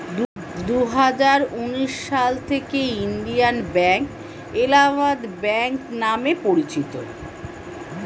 দুহাজার উনিশ সাল থেকে ইন্ডিয়ান ব্যাঙ্ক এলাহাবাদ ব্যাঙ্ক নাম পরিচিত